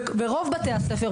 ברוב בתי הספר,